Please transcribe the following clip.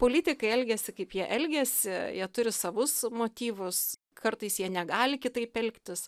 politikai elgiasi kaip jie elgiasi jie turi savus motyvus kartais jie negali kitaip elgtis